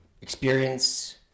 experience